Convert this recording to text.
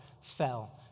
fell